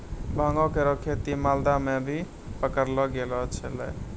भांगो केरो खेती मालदा म भी पकड़लो गेलो छेलय